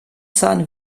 zahn